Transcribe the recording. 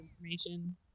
information